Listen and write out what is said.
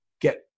get